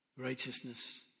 righteousness